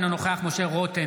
אינו נוכח משה רוט,